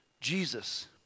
Jesus